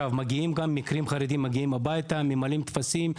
גם מגיעים הביתה וממלאים טפסים,